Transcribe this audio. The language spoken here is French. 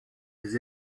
les